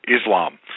islam